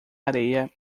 areia